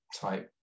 type